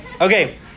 Okay